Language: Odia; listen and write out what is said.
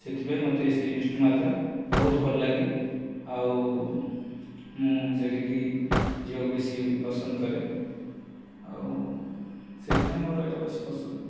ସେଥି ପାଇଁ ମତେ ସେ ବିଷ୍ଟୁମାତା ବହୁତ ଭଲ ଲାଗେ ଆଉ ମୁଁ ସେ'ଠି କି ଯିବାକୁ ବେଶି ପସନ୍ଦ କରେ ଆଉ ସେଥି ପାଇଁ ମୋର ଏ'ଟା ବେଶୀ ପସନ୍ଦ